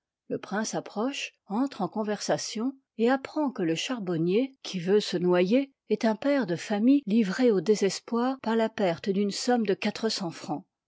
le prince approche entre en ciyveaf ation et apprend qtie le iîharboimiei qii veut se noyer est un père de famille livré ii paat au désespoir par la perte dune somme de i'v i quatre cents francs